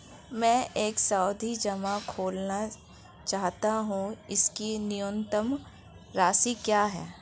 मैं एक सावधि जमा खोलना चाहता हूं इसकी न्यूनतम राशि क्या है?